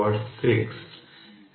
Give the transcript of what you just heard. অন্যথায় এটি একটি ভিন্ন অর্থ বহন করবে